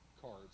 cards